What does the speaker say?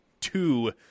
two